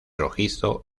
rojizo